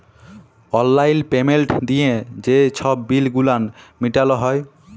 অললাইল পেমেল্ট দিঁয়ে যে ছব বিল গুলান মিটাল হ্যয়